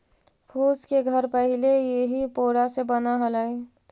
फूस के घर पहिले इही पोरा से बनऽ हलई